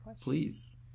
please